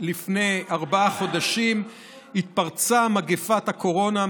לפני ארבעה חודשים התפרצה מגפת הקורונה,